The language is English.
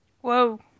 Whoa